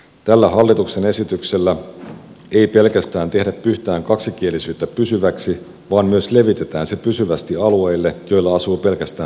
tällä hallituksen esityksellä ei pelkästään tehdä pyhtään kaksikielisyyttä pysyväksi vaan myös levitetään se pysyvästi alueille joilla asuu pelkästään suomenkielisiä